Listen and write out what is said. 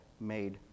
made